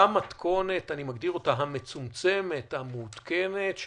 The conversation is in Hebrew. במתכונת המצומצמת והמעודכנת,